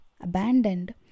abandoned